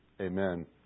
amen